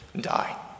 die